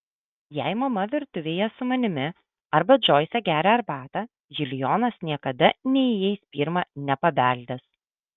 jei mama virtuvėje su manimi arba džoise geria arbatą julijonas niekada neįeis pirma nepabeldęs